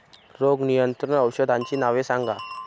रोग नियंत्रण औषधांची नावे सांगा?